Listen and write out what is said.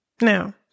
Now